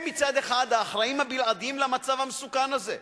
הם מצד אחד האחראים הבלעדיים למצב המסוכן הזה.